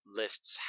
lists